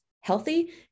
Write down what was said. healthy